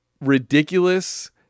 ridiculous